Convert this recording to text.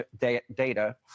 data